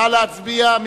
נא להצביע.